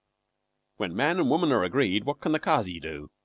when man and woman are agreed, what can the kazi do?